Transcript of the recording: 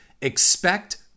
expect